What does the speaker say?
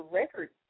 record